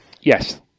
yes